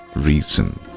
reason